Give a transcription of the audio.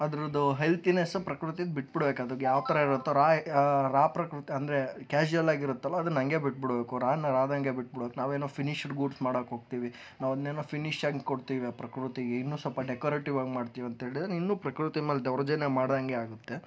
ಅದರದ್ದು ಹೆಲ್ತಿನೆಸ್ ಪ್ರಕೃತಿನ ಬಿಟ್ಬಿಡ್ಬೇಕು ಅದಕ್ಕೆ ಯಾವ ಥರ ಪ್ರಕೃತಿ ಅಂದರೆ ಕ್ಯಾಶುಯಲ್ ಆಗಿ ಇರುತ್ತಲ್ಲ ಅದನ್ನು ಹಾಗೆ ಬಿಟ್ಬಿಡ್ಬೇಕು ಆದಂಗೆ ಬಿಟ್ಬಿಡ್ಬೇಕು ನಾವೇನು ಫಿನಿಶಡ್ ಗೂಡ್ಸ್ ಮಾಡೋಕೆ ಹೋಗ್ತೀವಿ ನಾವು ಇನ್ನೇನೋ ಫಿನಿಷ್ ಆಗಿ ಕೊಡ್ತೀವಿ ಪ್ರಕೃತಿಗೆ ಇನ್ನು ಸ್ವಲ್ಪ ಡೆಕೋರೇಟಿವ್ ಹಂಗೆ ಮಾಡ್ತೀವಿ ಅಂತ ಹೇಳಿದರೆ ಇನ್ನು ಪ್ರಕೃತಿನ ಮೇಲೆ ದೌರ್ಜನ್ಯ ಮಾಡಿದಂಗೆ ಆಗುತ್ತೆ